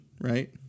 right